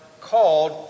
called